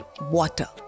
Water